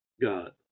God